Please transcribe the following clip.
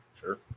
sure